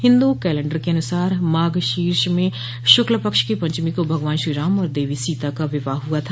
Hindu calendar के अनुसार माघ शीर्ष में शुक्ल पक्ष की पंचमी को भगवान श्रीराम और देवी सीता का विवाह हुआ था